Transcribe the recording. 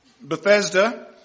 Bethesda